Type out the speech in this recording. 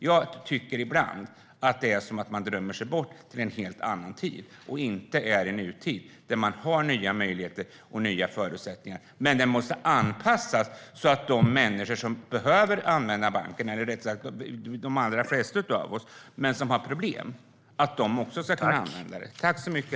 Jag tycker ibland att det är som att man drömmer sig bort till en helt annan tid och inte är i nutid där det finns nya möjligheter och nya förutsättningar. Men det måste anpassas så att de människor som behöver använda banken och som har problem med det också ska kunna göra det.